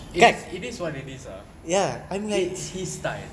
it is it is what it is ah it's his style